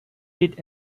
did